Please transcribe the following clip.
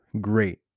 great